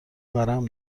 ورم